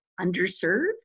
underserved